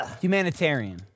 Humanitarian